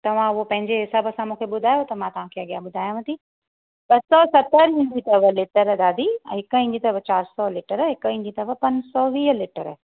तव्हां उहो पंहिंजे हिसाब सां मूंखे ॿुधायो त मां तव्हां खे अॻियां ॿुधायांव थी ॿ सौ सतरि ईंदी अथव लीटर ॾाढी हिकु ईंदी अथव चारि सौ लीटर हिकु ईंदी अथव पंज सौ वीह लीटर